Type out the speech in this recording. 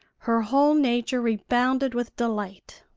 her whole nature rebounded with delight.